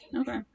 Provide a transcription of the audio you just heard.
Okay